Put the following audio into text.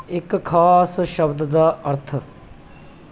ਇੱਕ ਖਾਸ ਸ਼ਬਦ ਦਾ ਅਰਥ